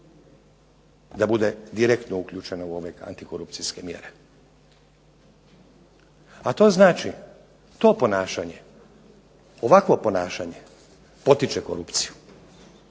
da bude direktno uključeno u ove antikorupcijske mjere. A to znači to ponašanje, ovakvo ponašanje potiče korupciju,